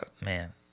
man